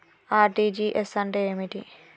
RTGS అంటే ఏమిటి?